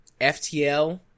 FTL